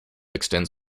extends